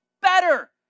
better